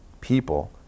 people